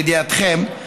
לידיעתכם,